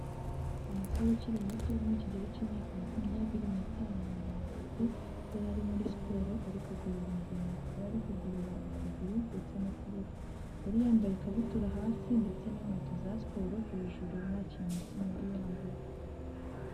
Umusore ukiri muto uri mu kigero cy'imyaka makumyabiri n'itanu na mirongo itatu, yari ari muri siporo ari kugorora ingingo, yari kugorora ukuguru ndetse n'ukuboko, yari yambaye ikabutura hasi ndetse n'inkweto za siporo hejuru nta kintu na kimwe yari yambaye.